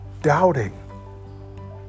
doubting